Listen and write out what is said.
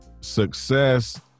success